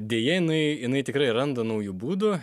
deja jinai jinai tikrai randa naujų būdų